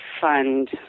Fund